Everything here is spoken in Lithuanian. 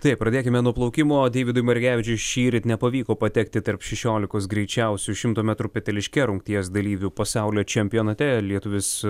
taip pradėkime nuo plaukimo deividui marigevičiui šįryt nepavyko patekti tarp šešiolikos greičiausių šimto metrų peteliške rungties dalyvių pasaulio čempionate lietuvis